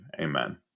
amen